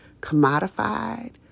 commodified